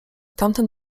tamten